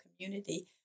community